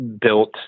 built